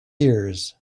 years